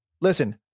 listen